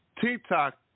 TikTok